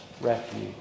refuge